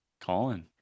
Colin